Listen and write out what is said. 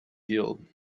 healed